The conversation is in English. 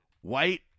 white